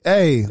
Hey